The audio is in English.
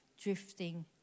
drifting